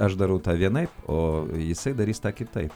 aš darau tą vienaip o jisai darys kitaip